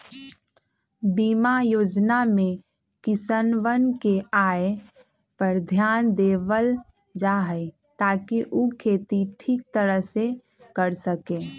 बीमा योजना में किसनवन के आय पर ध्यान देवल जाहई ताकि ऊ खेती ठीक तरह से कर सके